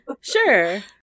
sure